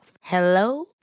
Hello